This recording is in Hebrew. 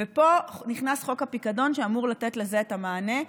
ופה נכנס חוק הפיקדון, שאמור לתת לזה את המענה.